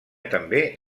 també